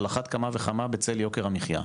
על אחת כמה וכמה בצל יוקר המחיה.